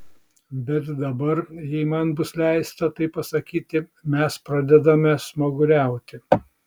bet dabar jei man bus leista taip pasakyti mes pradedame smaguriauti